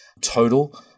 total